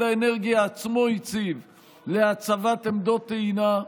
האנרגיה עצמו הציב להצבת עמדות טעינה,